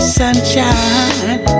sunshine